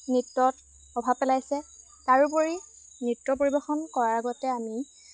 নৃত্যত প্ৰভাৱ পেলাইছে তাৰোপৰি নৃত্য পৰিৱেশন কৰাৰ আগতে আমি